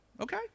Okay